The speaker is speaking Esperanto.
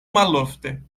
malofte